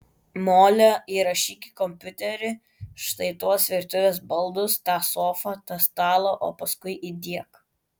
mole įrašyk į kompiuterį štai tuos virtuvės baldus tą sofą tą stalą o paskui įdiek